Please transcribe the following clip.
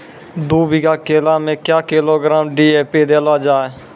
दू बीघा केला मैं क्या किलोग्राम डी.ए.पी देले जाय?